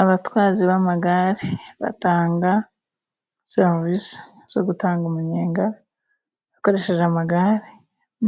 Abatwazi b'amagare batanga serivise zo gutanga umunyenga bakoresheje amagare,